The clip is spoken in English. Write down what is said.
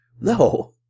No